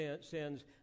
sins